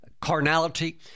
carnality